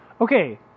Okay